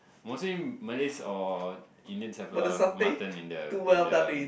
mostly Malays or Indians have a lot of mutton in the in the